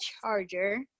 charger